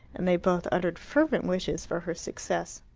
and they both uttered fervent wishes for her success.